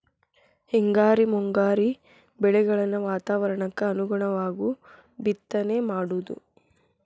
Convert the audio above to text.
ಹಿಂಗಾರಿ ಮುಂಗಾರಿ ಬೆಳೆಗಳನ್ನ ವಾತಾವರಣಕ್ಕ ಅನುಗುಣವಾಗು ಬಿತ್ತನೆ ಮಾಡುದು